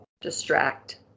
distract